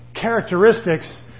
characteristics